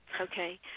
Okay